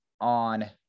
on